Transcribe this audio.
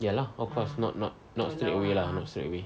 ya lah of course not not not straightaway lah not straightaway